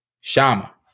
Shama